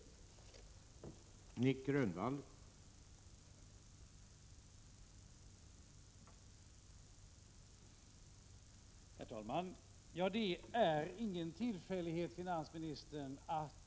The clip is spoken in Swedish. retag till vissa investeringar i utländska företag